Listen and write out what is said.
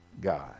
God